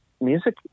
music